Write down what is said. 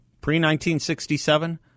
pre-1967